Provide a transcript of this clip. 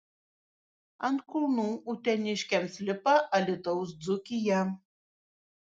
ant kulnų uteniškiams lipa alytaus dzūkija